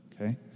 Okay